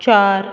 चार